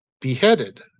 beheaded